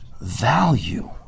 value